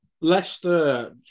Leicester